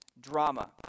drama